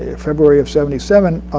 ah february of seventy seven,